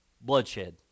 bloodshed